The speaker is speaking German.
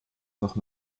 noch